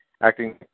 acting